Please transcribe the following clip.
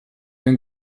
den